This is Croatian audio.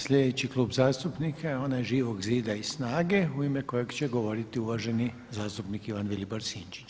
Sljedeći Klub zastupnika je onaj Živog zida i SNAGA-e u ime kojeg će govoriti uvaženi zastupnik Ivan Vilibor Sinčić.